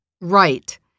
Right